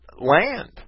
land